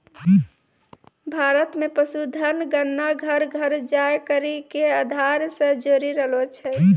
भारत मे पशुधन गणना घर घर जाय करि के आधार से जोरी रहलो छै